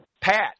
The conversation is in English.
Pat